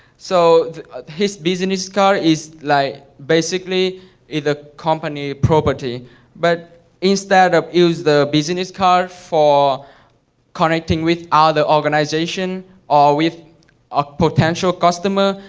so his business card is like basically either company property but instead of use the business card for connecting with ah other organization or with a potential customer,